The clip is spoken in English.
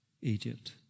Egypt